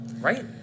Right